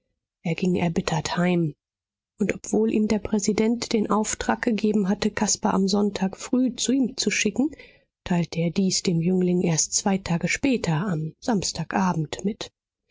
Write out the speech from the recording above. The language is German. er ging erbittert heim und obwohl ihm der präsident den auftrag gegeben hatte caspar am sonntag früh zu ihm zu schicken teilte er dies dem jüngling erst zwei tage später am samstag abend mit